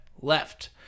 left